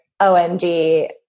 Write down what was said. OMG